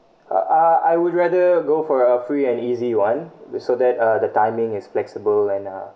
uh uh I would rather go for a free and easy [one] so that the timing is flexible and uh